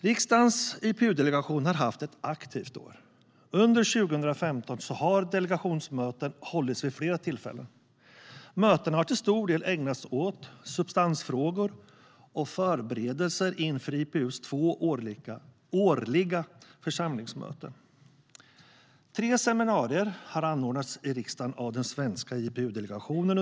Riksdagens IPU-delegation har haft ett aktivt år. Under 2015 har delegationsmöten hållits vid flera tillfällen. Mötena har till stor del ägnats åt substansfrågor och förberedelser inför IPU:s två årliga församlingsmöten. Tre seminarier som berör IPU-aktuella frågor har under året anordnats i riksdagen av den svenska IPU-delegationen.